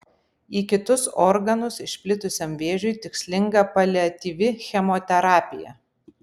į kitus organus išplitusiam vėžiui tikslinga paliatyvi chemoterapija